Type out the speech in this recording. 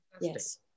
yes